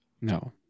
no